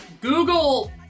Google